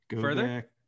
Further